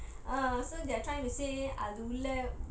err so they're trying to say அது உள்ள:athu ulla